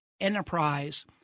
enterprise